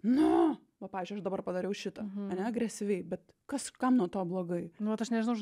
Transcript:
nu va pavyzdžiui aš dabar padariau šitą ane agresyviai bet kas kam nuo to blogai nu vat aš nežinau žinai